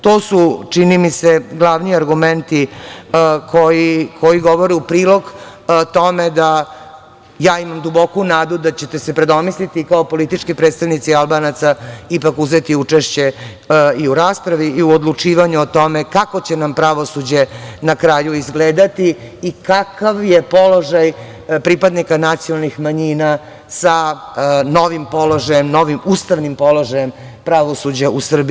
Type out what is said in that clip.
To su, čini mi se, glavni argumenti koji govore u prilog tome da, ja imam duboku nadu da ćete se predomisliti kao politički predstavnici Albanaca ipak uzeti učešće i u raspravi i u odlučivanju kako će nam pravosuđa na kraju izgledati i kakav je položaj pripadnika nacionalnih manjina sa novim položajem, novim ustavnim položajem pravosuđa u Srbiji.